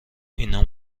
اینا